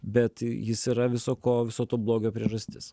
bet jis yra viso ko viso to blogio priežastis